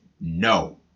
No